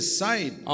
side